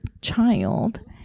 child